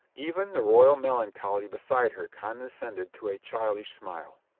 even the royal melancholy beside her condescended to a child ish smile.